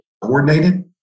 coordinated